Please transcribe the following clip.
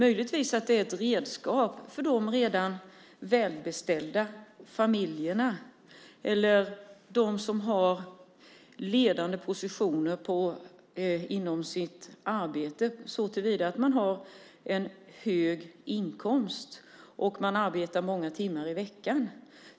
Möjligtvis är det ett redskap för de redan välbeställda familjerna eller för dem som har ledande positioner inom sitt arbete, såtillvida att man har en hög inkomst och arbetar många timmar i veckan.